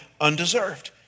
undeserved